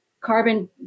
carbon